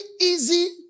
easy